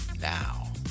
Now